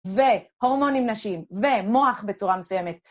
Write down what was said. והורמונים נשיים, ומוח בצורה מסוימת.